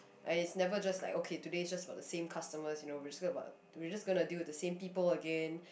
I never just like okay today it's just about the same customers you know basically about we're just gonna to deal with the same people again